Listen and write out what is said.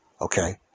okay